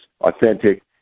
authentic